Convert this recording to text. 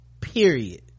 Period